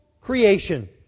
creation